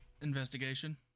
investigation